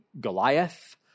Goliath